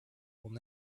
will